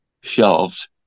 shelved